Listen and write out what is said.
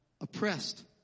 oppressed